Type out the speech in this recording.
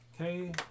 Okay